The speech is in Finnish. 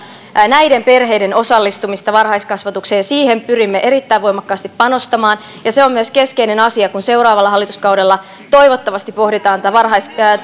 näiden perheiden osallistumista varhaiskasvatukseen ja siihen pyrimme erittäin voimakkaasti panostamaan se on myös keskeinen asia kun seuraavalla hallituskaudella toivottavasti pohditaan